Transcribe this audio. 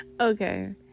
okay